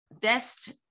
best